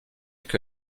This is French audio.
que